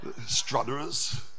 Strutterers